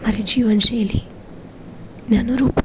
મારી જીવનશૈલીને અનુરૂપ